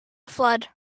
flood